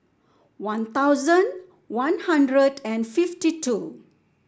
One Thousand One Hundred and fifty two